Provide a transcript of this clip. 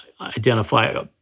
identify